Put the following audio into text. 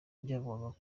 byavugwaga